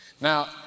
Now